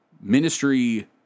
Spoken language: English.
Ministry